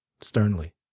sternly